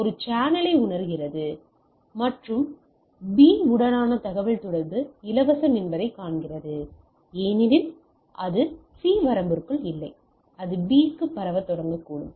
ஒரு சேனலை உணர்கிறது மற்றும் B உடனான தகவல் தொடர்பு இலவசம் என்பதைக் காண்கிறது ஏனெனில் அது C வரம்பிற்குள் இல்லை அது B க்கு பரவத் தொடங்கக்கூடும்